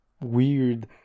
weird